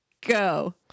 Go